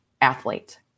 athlete